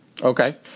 Okay